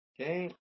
Okay